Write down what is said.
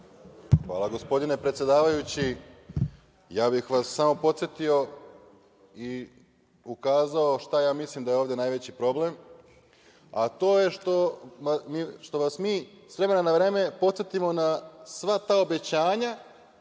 Hvala gospodine predsedavajući. Ja bih vas samo podsetio i ukazao šta ja mislim da je ovde najveći problem, a to je što vas mi sa vremena na vreme podsetimo na sva ta obećanja